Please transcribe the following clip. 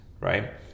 right